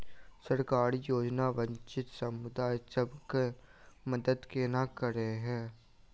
सरकारी योजना वंचित समुदाय सब केँ मदद केना करे है?